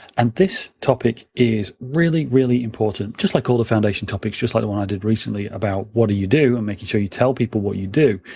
and this topic is really, really important, just like all the foundation topics, just like the one i did recently about what you do and making sure you tell people what you do.